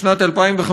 בשנת 2005,